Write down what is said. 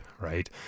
right